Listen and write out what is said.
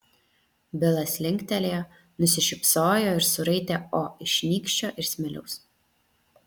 bilas linktelėjo nusišypsojo ir suraitė o iš nykščio ir smiliaus